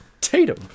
Tatum